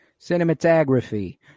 Cinematography